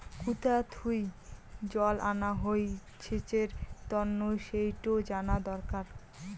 কুথা থুই জল আনা হই সেচের তন্ন সেইটো জানা দরকার